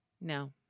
no